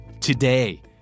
today